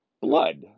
blood